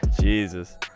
jesus